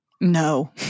No